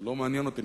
זה לא מעניין אותי.